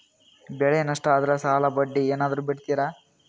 ಬೆಳೆ ನಷ್ಟ ಆದ್ರ ಸಾಲದ ಬಡ್ಡಿ ಏನಾದ್ರು ಬಿಡ್ತಿರಾ?